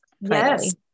Yes